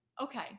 Okay